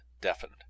deafened